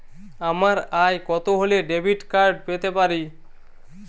আমার আয় কত হলে ডেবিট কার্ড পেতে পারি?